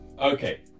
Okay